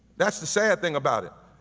that's the sad thing about it.